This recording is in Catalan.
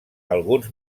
alguns